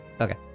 Okay